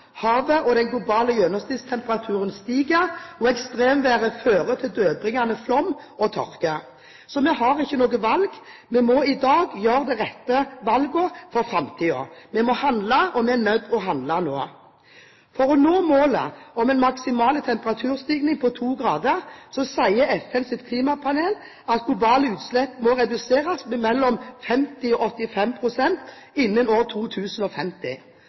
havet og den globale gjennomsnittstemperaturen stiger, og ekstremværet fører til dødbringende flom og tørke. Så vi har ikke noe valg, vi må i dag gjøre de rette valgene for framtiden. Vi må handle, og vi er nødt til å handle nå. For å nå målet om en maksimal temperaturstigning på to grader sier FNs klimapanel at globale utslipp må reduseres med mellom 50 og 85 pst. innen år 2050.